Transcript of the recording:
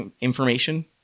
information